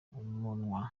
umunwa